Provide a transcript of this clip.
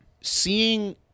seeing